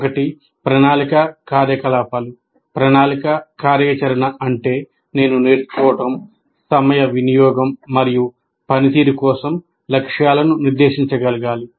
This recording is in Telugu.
ఒకటి ప్రణాళిక కార్యకలాపాలు ప్రణాళికా కార్యాచరణ అంటే నేను నేర్చుకోవడం సమయ వినియోగం మరియు పనితీరు కోసం లక్ష్యాలను నిర్దేశించగలగాలి